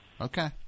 okay